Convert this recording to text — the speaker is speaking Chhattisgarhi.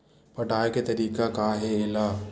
पटाय के तरीका का हे एला?